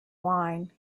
wine